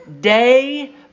day